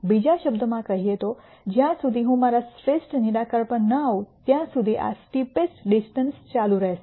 બીજા શબ્દોમાં કહીએ તો જ્યાં સુધી હું મારા શ્રેષ્ઠ નિરાકરણ પર ન આવું ત્યાં સુધી આ સ્ટીપેસ્ટ ડિસેન્ટ ચાલુ રાખશે